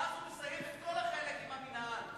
ואז הוא מסיים את כל החלק עם המינהל.